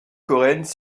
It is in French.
coréenne